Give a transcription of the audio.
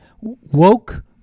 woke